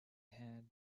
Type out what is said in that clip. hand